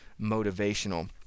motivational